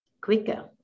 quicker